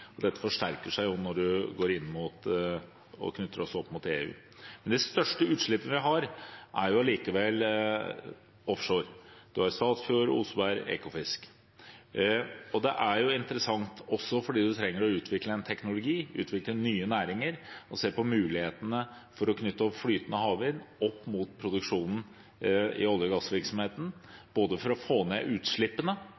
Dette forsterker seg når vi knytter oss opp mot EU. De største utslippene vi har, er allikevel offshore. Man har Statfjordfeltet, Osebergfeltet og Ekofiskfeltet. Det er interessant også fordi man trenger å utvikle en teknologi, utvikle nye næringer og se på mulighetene for å knytte flytende havvind opp mot produksjonen i olje- og